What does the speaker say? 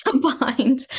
combined